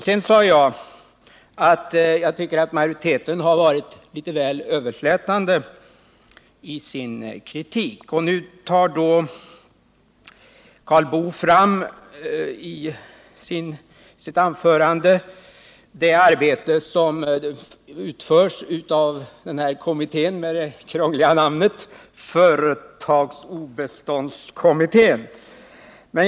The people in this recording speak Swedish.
Sedan sade jag att jag tycker att majoriteten har varit litet väl överslätande i sin kritik. Då tar Karl Boo i sitt anförande fram det arbete som utförs av kommittén med det krångliga namnet företagsobeståndskommittén.